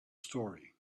story